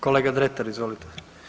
Kolega Dretar, izvolite.